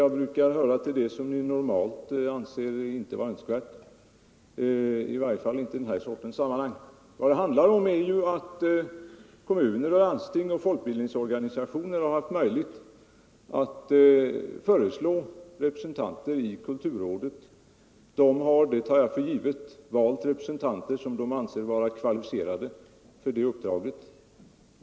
Det brukar höra till det som ni normalt inte anser önskvärt, i varje fall inte i den här sortens sammanhang. Kommuner, landsting och folkbildningsorganisationer har haft möjlighet att föreslå representanter i kulturrådet. De har — det tar jag för givet — valt representanter som de anser vara kvalificerade för det uppdraget.